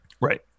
Right